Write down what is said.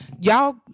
y'all